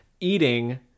eating